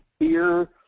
Fear